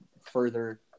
further